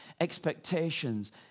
expectations